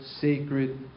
sacred